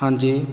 ਹਾਂਜੀ